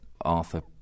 Arthur